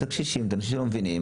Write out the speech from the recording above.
את הקשישים; את האנשים שלא מבינים.